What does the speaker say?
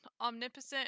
omnipotent